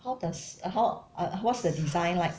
how does uh how uh what's the design like